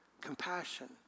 compassion